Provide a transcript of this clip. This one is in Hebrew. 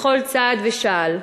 בכל צעד ושעל,